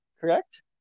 Correct